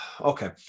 Okay